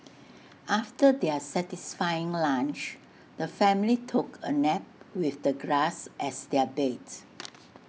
after their satisfying lunch the family took A nap with the grass as their bed